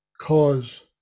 cause